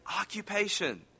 occupation